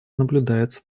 наблюдается